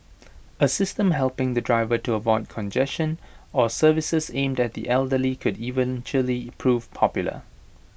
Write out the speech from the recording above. A system helping the driver to avoid congestion or services aimed at the elderly could eventually prove popular